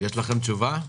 יש לכם תשובה?